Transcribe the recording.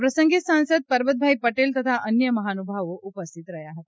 આ પ્રસંગે સાંસદ પરબતભાઈ પટેલ તથા અન્ય મહાનુભાવો ઉપસ્થિત રહ્યા હતા